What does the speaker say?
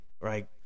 Right